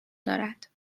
دارد